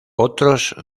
otros